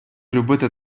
любити